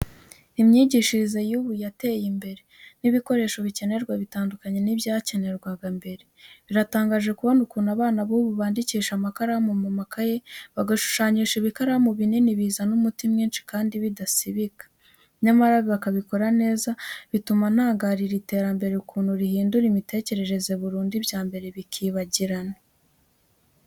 Imyigishirize y'ubu yateye imbere, n'ibikoresho bikenerwa bitandukanye n'ibyakenerwaga mbere. Biratangaje kubona ukuntu abana b'ubu bandikisha amakaramu mu makaye, bagashushanyisha ibikaramu binini bizana umuti mwinshi kandi bidasibika, nyamara bakabikora neza, bituma ntangarira iterambere ukuntu rihindura imitekerereze burundu, ibya mbere bikibagirana.